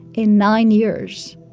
in nine years,